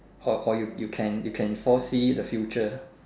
or or you you can you can foresee the future